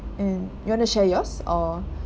mm you want to share yours or